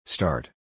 Start